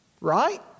Right